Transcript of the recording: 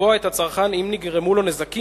לתבוע את הצרכן אם נגרמו לו נזקים